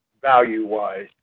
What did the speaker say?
value-wise